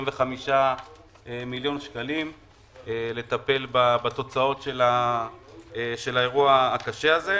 מיליון שקלים לטפל בתוצאות של האירוע הקשה הזה.